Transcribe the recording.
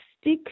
stick